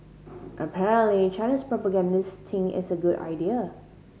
apparently China's propagandists think it's a good idea